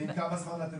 וכמה זמן אתם